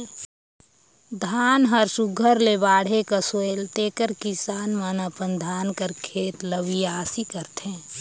धान हर सुग्घर ले बाढ़े कस होएल तेकर किसान मन अपन धान कर खेत ल बियासी करथे